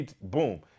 Boom